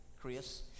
chris